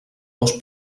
dos